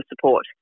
support